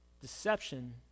Deception